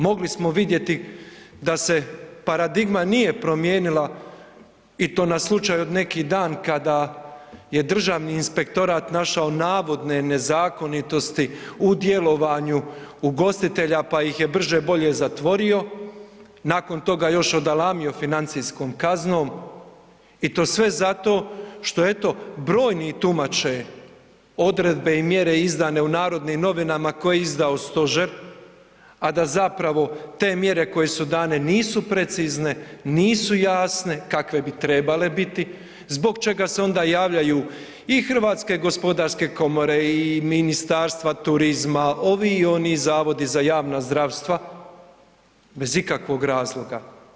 Mogli smo vidjeti da se paradigma nije promijenila i to na slučaj od neki dan kada je Državni inspektorat našao navodne nezakonitosti u djelovanju ugostitelja pa ih je brže bolje zatvorio, nakon toga odalamio financijskom kaznom i to sve zato što eto brojni tumače odredbe i mjere izdane u „Narodnim novinama“ koje je izdao stožer, a da zapravo te mjere koje su dane nisu precizne, nisu jasne kakve bi trebale biti zbog čega se onda javljaju i HGK i ministarstva turizma, ovi, oni zavodi za javna zdravstva bez ikakvog razloga.